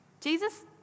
Jesus